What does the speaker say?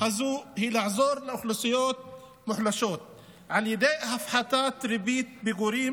הזאת היא לעזור לאוכלוסיות מוחלשות על ידי הפחתת ריבית פיגורים